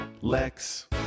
Lex